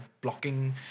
blocking